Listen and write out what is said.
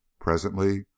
Presently